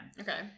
Okay